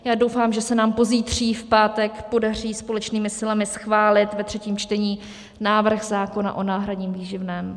Já doufám, že se nám pozítří, v pátek, podaří společnými silami schválit ve třetím čtení návrh zákona o náhradním výživném.